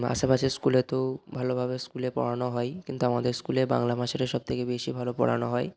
আশেপাশের স্কুলে তো ভালোভাবে স্কুলে পড়ানো হয়ই কিন্তু আমাদের স্কুলে বাংলা ভাষাটাই সব থেকে বেশি ভালো পড়ানো হয়